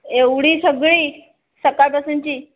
एवढी सगळी सकाळपासूनची